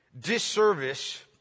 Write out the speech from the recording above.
disservice